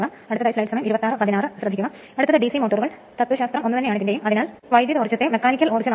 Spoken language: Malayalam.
അതിനാൽ സ്റ്റേറ്ററും റോട്ടറും തമ്മിൽ ഒരു വായു കടക്കാനുള്ള വിടവ് ഉണ്ട്